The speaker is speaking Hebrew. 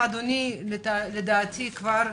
לדעתי,